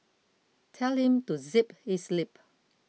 tell him to zip his lip